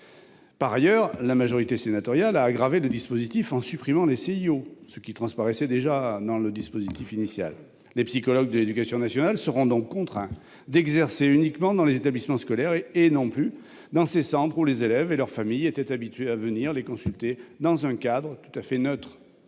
Par ailleurs, la majorité sénatoriale a aggravé le dispositif en supprimant les CIO, ce qui transparaissait déjà dans le dispositif initial. Les psychologues de l'éducation nationale seront donc contraints d'exercer uniquement dans les établissements scolaires et non plus dans ces centres où les élèves et leurs familles étaient habitués à venir les consulter dans un cadre tout à fait neutre.